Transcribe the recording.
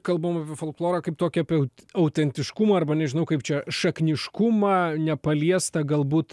kalbam apie folklorą kaip tokį apie autentiškumą arba nežinau kaip čia šakniškumą nepaliestą galbūt